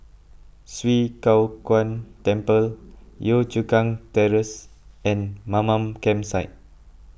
Swee Kow Kuan Temple Yio Chu Kang Terrace and Mamam Campsite